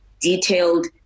detailed